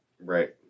Right